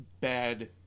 bad